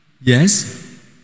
Yes